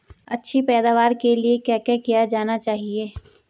अच्छी पैदावार के लिए क्या किया जाना चाहिए?